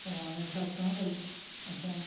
त मां उन हिसाब सां भई अचा